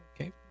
Okay